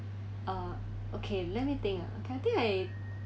uh okay let me think uh I think I